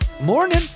Morning